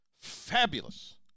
Fabulous